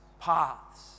paths